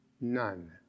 none